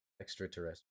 Extraterrestrial